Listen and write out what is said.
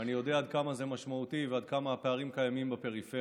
אני יודע עד כמה זה משמעותי ועד כמה הפערים קיימים בפריפריה.